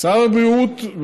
שר הבריאות,